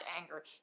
anger